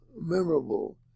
memorable